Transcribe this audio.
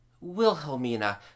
Wilhelmina